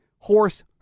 horse